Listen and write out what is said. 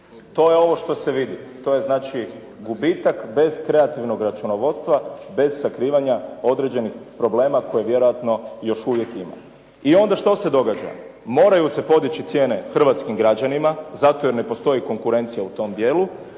To je ovo što se vidi, to je znači gubitak bez kreativnog računovodstva, bez sakrivanja određenih problema kojih vjerojatno još uvijek ima. I onda što se događa. Moraju se podići cijene hrvatskim građanima zato jer ne postoji konkurencija u tom dijelu,